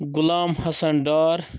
Ghulam Hassan Dar